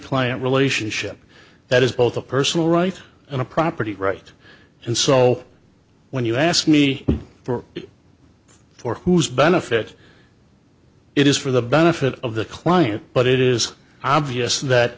client relationship that is both a personal right and a property right and so when you ask me for it for whose benefit it is for the benefit of the client but it is obvious that